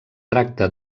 tracta